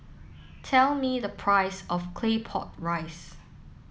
tell me the price of claypot rice